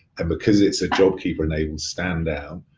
and because it's a jobkeeper enabled stand down,